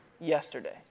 yesterday